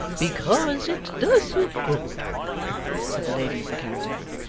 because it does you good said the lady of the caravan,